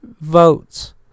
votes